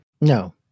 No